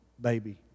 baby